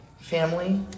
family